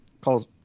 calls